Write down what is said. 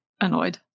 annoyed